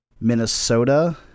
Minnesota